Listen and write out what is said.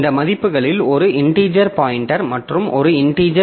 இந்த மதிப்புகளில் ஒரு இன்டிஜெர் பாய்ண்டர் மற்றும் ஒரு இன்டிஜெர்